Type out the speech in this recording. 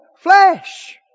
flesh